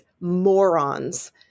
morons